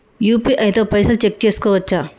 UPI తో పైసల్ check చేసుకోవచ్చా?